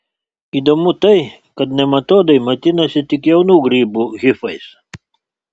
įdomu tai kad nematodai maitinasi tik jaunų grybų hifais